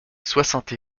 soixante